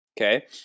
Okay